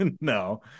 No